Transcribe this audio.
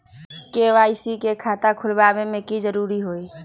KYC के खाता खुलवा में की जरूरी होई?